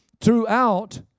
throughout